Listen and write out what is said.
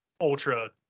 ultra